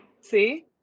See